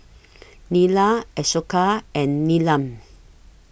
Neila Ashoka and Neelam